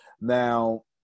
Now